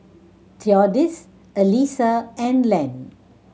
Theodis Alisa and Len